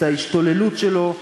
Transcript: את ההשתוללות שלו,